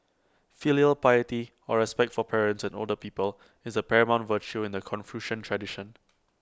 filial piety or respect for parents and older people is A paramount virtue in the Confucian tradition